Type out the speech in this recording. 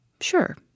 Sure